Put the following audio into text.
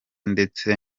ndetse